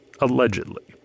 Allegedly